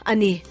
Ani